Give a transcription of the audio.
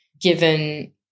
given